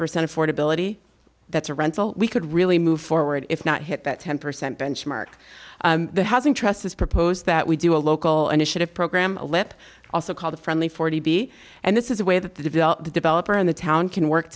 percent affordability that's a rental we could really move forward if not hit that ten percent benchmark the housing trust is proposed that we do a local initiative program a lip also called a friendly forty b and this is a way that the developed developer in the town can work